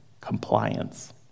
compliance